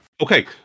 Okay